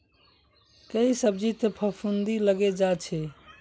कई सब्जित फफूंदी लगे जा छे